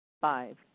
Five